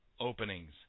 openings